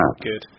Good